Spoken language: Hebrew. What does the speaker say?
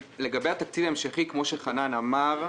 לגבי תקציב המשכי כפי שחנן פריצקי אמר,